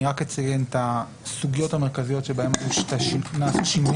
רק אציין את הסוגיות המרכזיות שבהן נעשו שינויים.